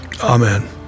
Amen